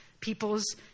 people's